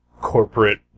corporate